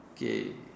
okay